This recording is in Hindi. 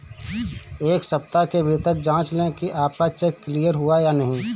एक सप्ताह के भीतर जांच लें कि आपका चेक क्लियर हुआ है या नहीं